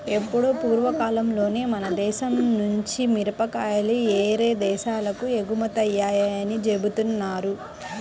ఎప్పుడో పూర్వకాలంలోనే మన దేశం నుంచి మిరియాలు యేరే దేశాలకు ఎగుమతయ్యాయని జెబుతున్నారు